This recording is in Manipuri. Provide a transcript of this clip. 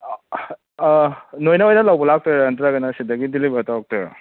ꯅꯣꯏꯅ ꯑꯣꯏꯅ ꯂꯧꯕ ꯂꯥꯛꯇꯣꯏꯔꯥ ꯅꯠꯇ꯭ꯔꯒꯅ ꯁꯤꯗꯒꯤ ꯗꯤꯂꯤꯚꯔ ꯇꯧꯔꯛꯇꯣꯏꯔꯥ